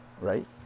right